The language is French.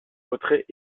retrait